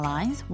Lines